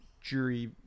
jury